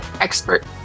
expert